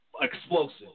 explosive